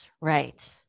Right